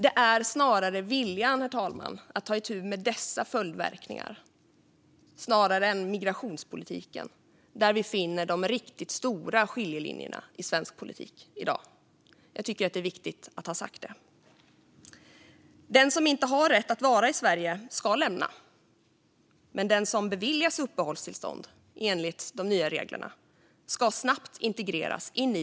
Det är snarare i viljan att ta itu med dessa följdverkningar än själva migrationspolitiken som vi finner de riktigt stora skiljelinjerna i svensk politik i dag. Jag tycker att det är viktigt att säga det. Den som inte har rätt att vara i Sverige ska lämna landet. Men den som beviljas uppehållstillstånd enligt de nya reglerna ska snabbt integreras.